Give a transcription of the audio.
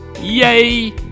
Yay